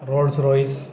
Rolls Royce